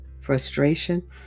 frustration